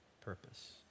purpose